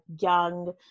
young